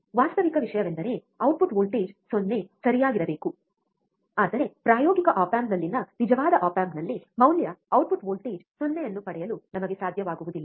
ವಾಸ್ತವಿಕ ವಿಷಯವೆಂದರೆ output voltage 0 ಸರಿಯಾಗಿರಬೇಕು ಆದರೆ ಪ್ರಾಯೋಗಿಕ ಆಪ್ ಆಂಪ್ನಲ್ಲಿನ ನಿಜವಾದ ಆಪ್ ಆಂಪ್ನಲ್ಲಿ ಮೌಲ್ಯ ಔಟ್ಪುಟ್ ವೋಲ್ಟೇಜ್ 0 ಅನ್ನು ಪಡೆಯಲು ನಮಗೆ ಸಾಧ್ಯವಾಗುವುದಿಲ್ಲ